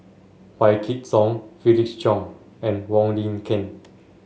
Wykidd Song Felix Cheong and Wong Lin Ken